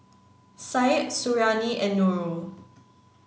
Syed Suriani and Nurul